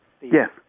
yes